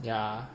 ya